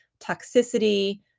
toxicity